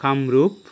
Kamrup